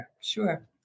Sure